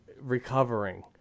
recovering